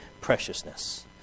preciousness